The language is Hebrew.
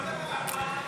נתקבלה.